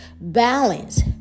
balance